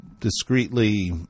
discreetly